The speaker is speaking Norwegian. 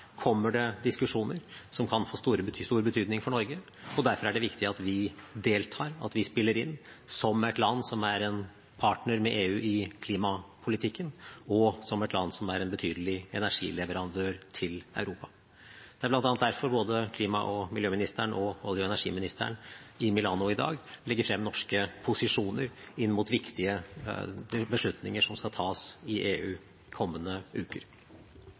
kommer det diskusjoner som kan få stor betydning for Norge, og derfor er det viktig at vi deltar, at vi spiller inn, som et land som er en partner med EU i klimapolitikken, og som et land som er en betydelig energileverandør til Europa. Det er bl.a. derfor både klima- og miljøministeren og olje- og energiministeren i Milano i dag legger frem norske posisjoner inn mot viktige beslutninger som skal tas i EU kommende uker.